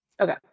Okay